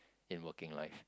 in working life